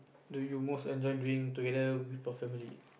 do you most enjoy doing together with your family